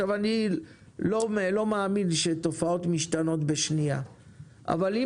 אני לא מאמין שתופעות משתנות בשנייה אבל אם